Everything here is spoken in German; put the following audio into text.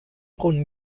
brunnen